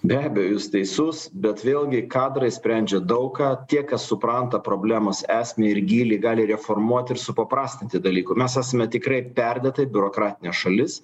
be abejo jūs teisus bet vėlgi kadrai sprendžia daug ką tie kas supranta problemos esmę ir gylį gali reformuot ir supaprastinti dalykų mes esme tikrai perdėtai biurokratinė šalis